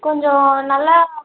கொஞ்சம் நல்லா